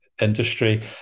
industry